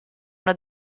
una